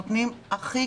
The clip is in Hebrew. נותנים הכי